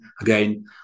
again